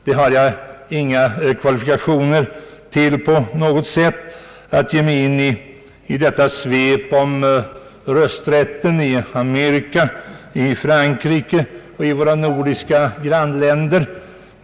Jag har inga kvalifikationer när det gäller rösträtten i Amerika, Frankrike och våra nordiska grannländer.